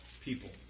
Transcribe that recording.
people